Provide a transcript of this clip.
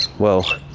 well,